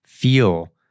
feel